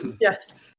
Yes